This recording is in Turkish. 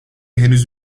henüz